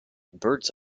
birds